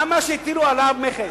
למה שיטילו עליו מכס?